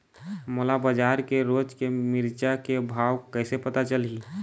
मोला बजार के रोज के मिरचा के भाव कइसे पता चलही?